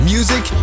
Music